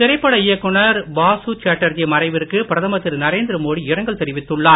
திரைப்பட இயக்குனர் பாசு சேட்டர்ஜி மறைவிற்கு பிரதமர் திரு நரேந்திர மோடி இரங்கல் தெரிவித்துள்ளார்